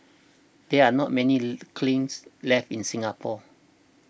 there are not many Lee kilns left in Singapore